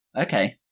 Okay